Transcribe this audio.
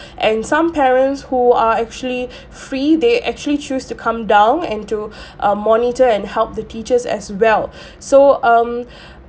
and some parents who are actually free they actually choose to come down and to err monitor and help the teachers as well so um